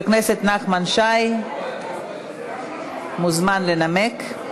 חבר הכנסת נחמן שי מוזמן לנמק.